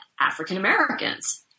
African-Americans